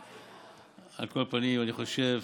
על כל פנים, אני חושב